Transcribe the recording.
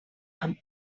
amb